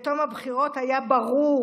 בתום הבחירות, היה ברור